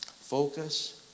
Focus